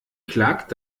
klagt